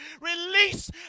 Release